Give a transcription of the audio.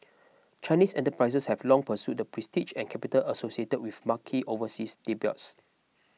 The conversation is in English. Chinese enterprises have long pursued the prestige and capital associated with marquee overseas debuts